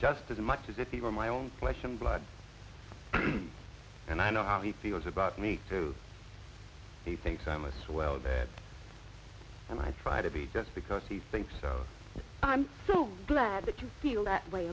just as much as if he were my own flesh and blood and i know how he feels about me too he thinks i'm a swell bad and i try to be just because he thinks of i'm so glad that you feel that way